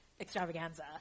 extravaganza